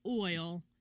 oil